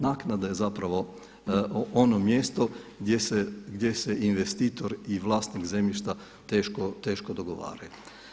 Naknada je zapravo ono mjesto gdje se investitor i vlasnik zemljišta teško dogovaraju.